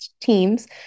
teams